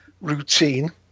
routine